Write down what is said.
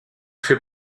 fait